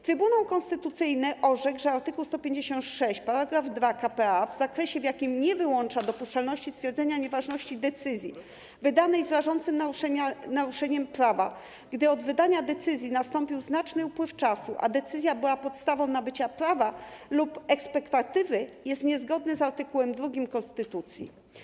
Trybunał Konstytucyjny orzekł, że art. 156 § 2 k.p.a. w zakresie, w jakim nie wyłącza dopuszczalności stwierdzenia nieważności decyzji wydanej z rażącym naruszeniem prawa, gdy od wydania decyzji nastąpił znaczny upływ czasu, a decyzja była podstawą nabycia prawa lub ekspektatywy, jest niezgodny z art. 2 konstytucji.